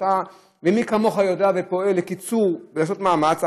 ומי כמוך יודע ופועל לקיצור ולעשות מאמץ,